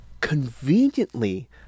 conveniently